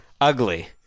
ugly